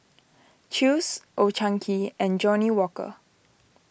Chew's Old Chang Kee and Johnnie Walker